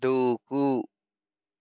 దూకు